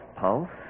pulse